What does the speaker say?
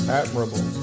admirable